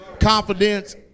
Confidence